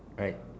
right